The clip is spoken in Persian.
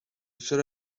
چرا